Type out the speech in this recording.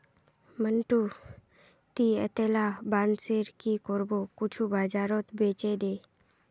मंटू, ती अतेला बांसेर की करबो कुछू बाजारत बेछे दे